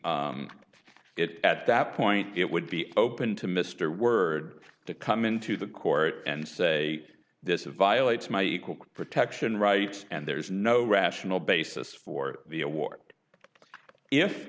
be at that point it would be open to mr word to come in to the court and say this violates my equal protection rights and there's no rational basis for the award if